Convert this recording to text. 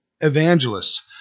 Evangelists